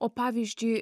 o pavyzdžiui